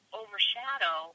overshadow